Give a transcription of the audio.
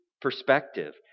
perspective